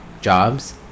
jobs